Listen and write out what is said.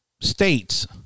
states